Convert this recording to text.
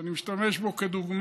ואני משתמש בו כדוגמה,